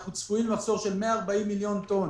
אנחנו צפויים למחסור של 140 מיליון טון